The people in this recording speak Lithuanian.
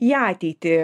į ateitį